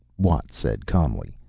watt said calmly.